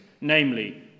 namely